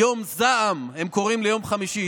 "יום זעם" הם קוראים ליום חמישי.